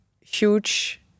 huge